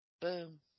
boom